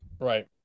Right